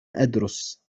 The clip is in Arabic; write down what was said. أدرس